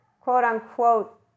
quote-unquote